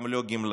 גם לא גמלאים